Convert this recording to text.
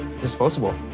disposable